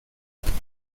aspect